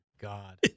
God